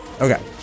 Okay